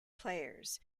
players